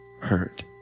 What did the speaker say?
hurt